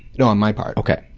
no, on my part. okay.